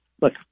look